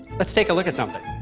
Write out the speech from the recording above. let's take a look at something.